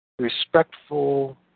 respectful